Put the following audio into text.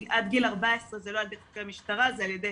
עד גיל 14 זה לא על ידי חוקרי משטרה, זה על ידי